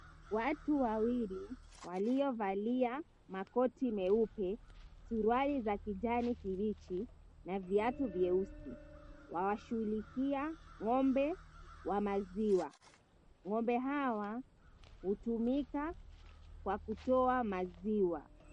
Watu wawili waliovalia makoti meupe, suruali za kijani kibichi na viatu vyeusi wanashughulikia ng'ombe wa maziwa. Ng'ombe hawa hutumika kwa kutoa maziwa.